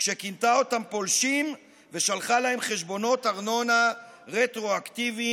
כשכינתה אותם פולשים ושלחה להם חשבונות ארנונה רטרואקטיביים,